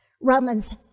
Romans